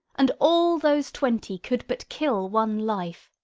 and all those twenty could but kill one life.